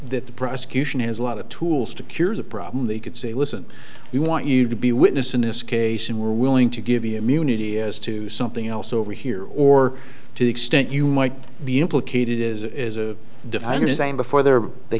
the prosecution has a lot of tools to cure the problem they could say listen we want you to be witness in this case and we're willing to give you immunity as to something else over here or to the extent you might be implicated is